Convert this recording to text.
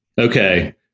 Okay